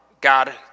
God